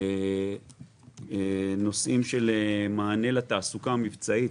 היו נושאים של מענה לתעסוקה המבצעית,